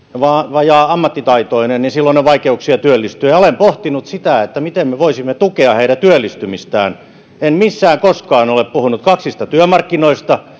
vajaa ammattitaitoinen silloin on vaikeuksia työllistyä olen pohtinut sitä miten me voisimme tukea heidän työllistymistään en missään koskaan ole puhunut kaksista työmarkkinoista